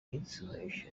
insulation